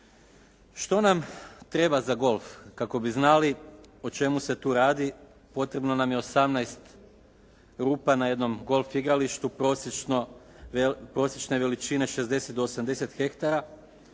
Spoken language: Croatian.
Što nam treba za golf? Kako bi znali o čemu se tu radi potrebno nam je 18 rupa na jednom golf igralištu, prosječne veličine 60 do 80 hektara